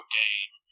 game